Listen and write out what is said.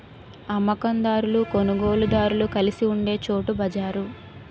అమ్మ కందారులు కొనుగోలుదారులు కలిసి ఉండే చోటు బజారు